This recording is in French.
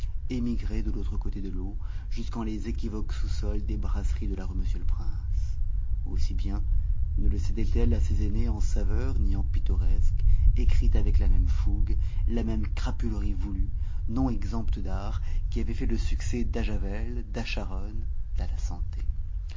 émigré de l'autre côté de l'eau jusqu'en les équivoques sous sols des brasseries de la rue monsieur-le-prince aussi bien ne le cédait elle à ses aînées en saveur ni en pittoresque écrite avec la même fougue la même crapulerie voulue non exempte d'art qui avaient fait le succès d à javel d à charonne d à la santé